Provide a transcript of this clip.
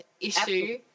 issue